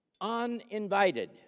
uninvited